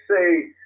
say